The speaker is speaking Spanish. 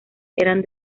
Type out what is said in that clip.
eran